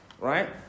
right